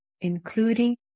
Including